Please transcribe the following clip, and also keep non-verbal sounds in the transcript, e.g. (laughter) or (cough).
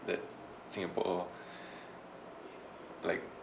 that singapore (breath) like